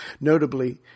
notably